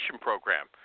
program